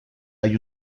hay